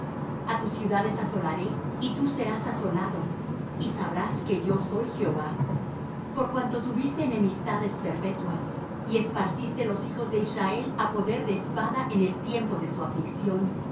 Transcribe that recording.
a tus ciudades asolaré y tú serás asolado y sabrás que yo soy jehová por cuanto tuviste enemistades perpetuas y esparciste los hijos de israel á poder de espada en el tiempo de su aflicción